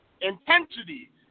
Intensity